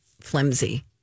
flimsy